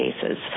cases